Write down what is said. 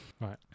Right